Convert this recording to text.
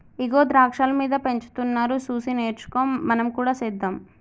ఇగో ద్రాక్షాలు మీద పెంచుతున్నారు సూసి నేర్చుకో మనం కూడా సెద్దాం